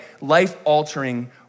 life-altering